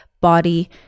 body